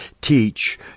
teach